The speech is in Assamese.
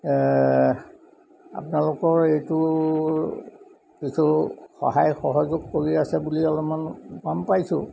আপোনালোকৰ এইটো কিছু সহায় সহযোগ কৰি আছে বুলি অলপমান গম পাইছোঁ